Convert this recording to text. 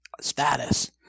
Status